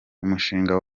umushinga